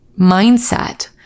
mindset